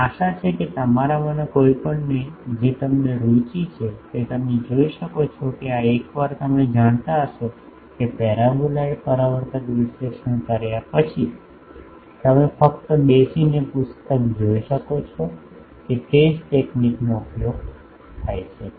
અને આશા છે કે તમારામાંના કોઈપણને જે તમને રુચિ છે તે તમે જોઈ શકો છો કે આ એકવાર તમે જાણતા હશો કે પેરાબોલોઇડ પરાવર્તક વિશ્લેષણ કર્યા પછી તમે ફક્ત બેસીને પુસ્તકો જોઈ શકો છો કે તે જ તકનીકનો ઉપયોગ થાય છે